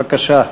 בבקשה.